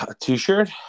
t-shirt